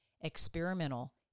experimental